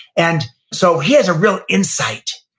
and so, he has a real insight.